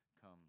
come